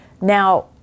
now